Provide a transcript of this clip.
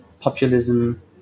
populism